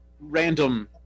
random